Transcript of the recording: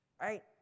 Right